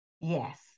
Yes